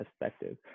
perspective